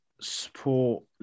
support